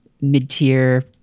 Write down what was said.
mid-tier